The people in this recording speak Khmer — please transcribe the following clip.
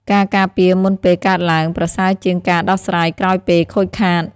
ការការពារមុនពេលកើតឡើង ប្រសើរជាងការដោះស្រាយក្រោយពេលខូចខាត។